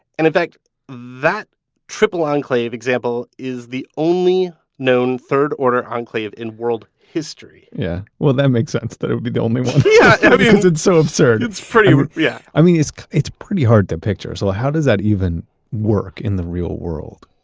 and in fact that triple-enclave example is the only known third-order enclave in world history yeah. well, that makes sense that would be the only one. yeah i mean it's it's so absurd yeah i mean it's it's pretty hard to picture. so how does that even work in the real world?